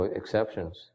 exceptions